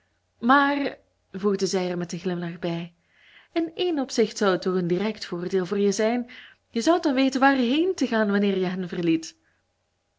maar voegde zij er met een glimlach bij in één opzicht zou het toch een direct voordeel voor je zijn je zoudt dan weten wààrheen te gaan wanneer je hen verliet